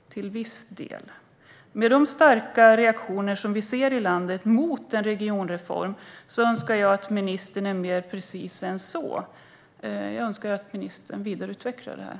Till viss del? Med de starka reaktioner vi ser i landet mot en regionreform önskar jag att ministern är mer precis än så. Jag önskar att ministern vidareutvecklar detta.